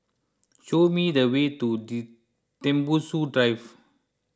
show me the way to Tembusu Drive